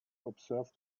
observe